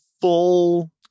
Full